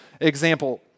example